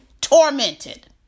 tormented